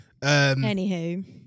Anywho